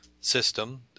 system